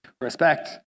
respect